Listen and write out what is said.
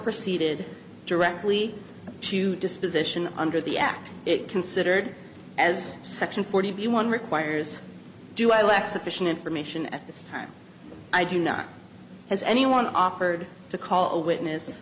preceded directly to disposition under the act it considered as section forty one requires do i lack sufficient information at this time i do not has anyone offered to call a witness